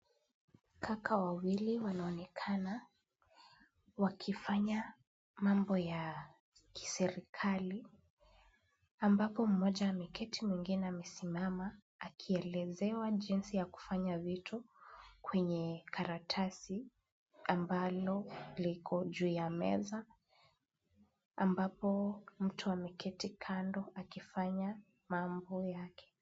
Kaka wawili wanaonekana wakifanya mambo ya kiserikali, ambako mmoja ameketi mwingine amesimama, akielezewa jinsi ya kufanya vitu kwenye karatasi ambalo liko juu ya meza, ambapo mtu ameketi kando akifanya mambo yake.